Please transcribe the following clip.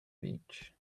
beach